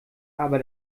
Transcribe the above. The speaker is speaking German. aber